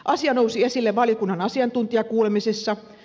asia nousi esille valiokunnan asiantuntijakuulemisissa